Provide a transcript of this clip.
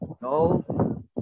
no